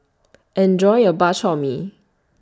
Enjoy your Bak Chor Mee